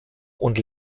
und